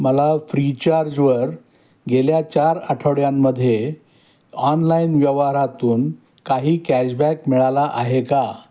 मला फ्रीचार्जवर गेल्या चार आठवड्यांमध्ये ऑनलाईन व्यवहारातून काही कॅशबॅक मिळाला आहे का